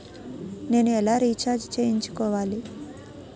నేను ఎలా రీఛార్జ్ చేయించుకోవాలి?